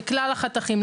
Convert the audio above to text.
בכלל החתכים,